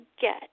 get